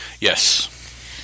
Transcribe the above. yes